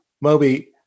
Moby